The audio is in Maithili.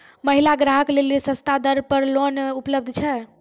महिला ग्राहक लेली सस्ता दर पर लोन उपलब्ध छै?